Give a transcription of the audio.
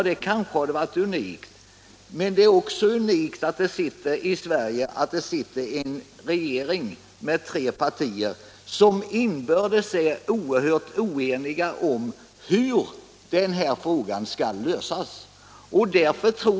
Det kanske hade varit unikt, men det är också unikt i Sverige att vi har en regering med tre partier som inbördes är oerhört oeniga om hur detta problem skall lösas.